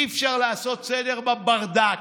אי-אפשר לעשות סדר בברדק.